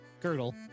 girdle